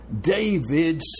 David